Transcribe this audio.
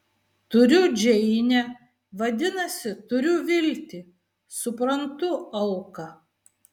turiu džeinę vadinasi turiu viltį suprantu auką